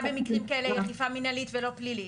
במקרים כאלה היא אכיפה מנהלית ולא פלילית,